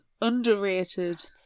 underrated